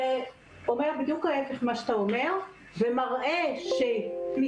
אומר בדיוק ההיפך ממה שאתה אומר ומראה שכניסה